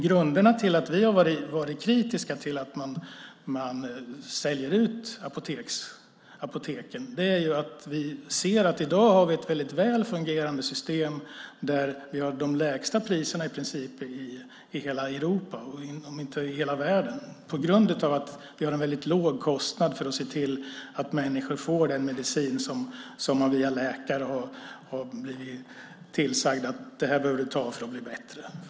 Grunderna till att vi har varit kritiska till att man säljer ut apoteken är att vi ser att vi i dag har ett väl fungerande system där vi har de i princip lägsta kostnaderna i hela Europa, om inte i hela världen. Vi har en låg kostnad för att se till att människor får den medicin som de av läkare har blivit tillsagda att de behöver ta för att bli bättre.